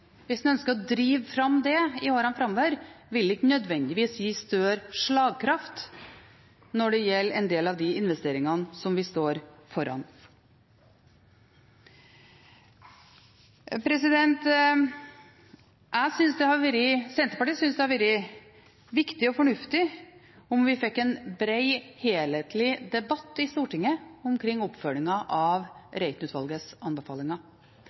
hvis en ønsker å drive fram det i årene framover, vil ikke nødvendigvis gi større slagkraft når det gjelder en del av de investeringene som vi står foran. Senterpartiet synes det hadde vært viktig og fornuftig om vi fikk en bred, helhetlig debatt i Stortinget om oppfølgingen av Reiten-utvalgets anbefalinger.